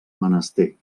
menester